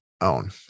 own